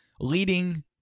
leading